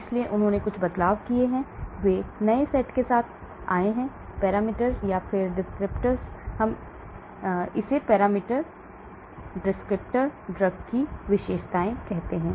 इसलिए उन्होंने कुछ बदलाव किए हैं वे नए सेट के साथ आए हैं पैरामीटर या डिस्क्रिप्टर हम इसे पैरामीटर डिस्क्रिप्टर ड्रग की विशेषताएं कहते हैं